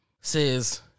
Says